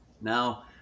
Now